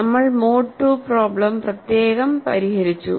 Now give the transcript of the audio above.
നമ്മൾ mode II problem പ്രത്യേകം പരിഹരിച്ചു